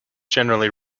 generally